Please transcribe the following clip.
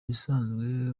bisanzwe